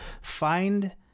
find